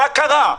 מה קרה?